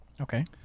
Okay